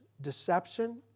deception